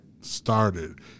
started